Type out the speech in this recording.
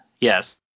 yes